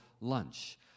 lunch